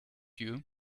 you